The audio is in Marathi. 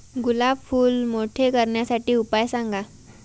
गुलाब फूल मोठे करण्यासाठी उपाय सांगा?